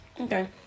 Okay